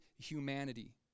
humanity